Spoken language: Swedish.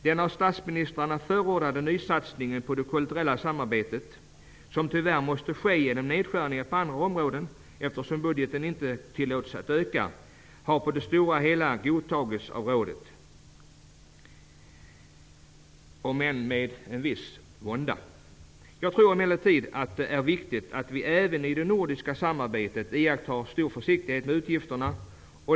Den av statsministrarna förordade nysatsningen på det kulturella samarbetet -- som tyvärr måste ske genom nedskärningar på andra områden, eftersom budgeten inte tillåts öka -- har på det stora hela godtagits av rådet, om än med en viss vånda. Jag tror emellertid att det är viktigt att vi även i det nordiska samarbetet iakttar stor försiktighet med utgifterna.